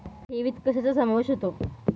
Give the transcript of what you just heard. ठेवीत कशाचा समावेश होतो?